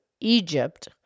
Egypt